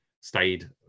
stayed